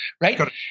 Right